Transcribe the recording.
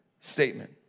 statement